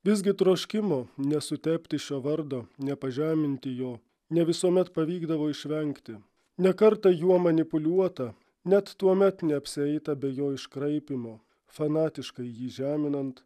visgi troškimo nesutepti šio vardo nepažeminti jo ne visuomet pavykdavo išvengti ne kartą juo manipuliuota net tuomet neapsieita be jo iškraipymo fanatiškai jį žeminant